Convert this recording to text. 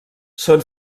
són